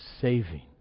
saving